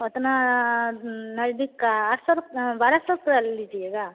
उतना नज़दीक का आठ सौ बारह सौ रुपया लीजिएगा